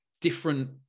different